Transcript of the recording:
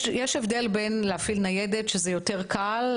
יש הבדל בין להפעיל ניידת שזה יותר קל,